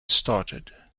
started